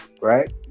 Right